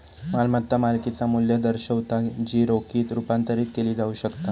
मालमत्ता मालकिचा मू्ल्य दर्शवता जी रोखीत रुपांतरित केली जाऊ शकता